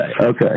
Okay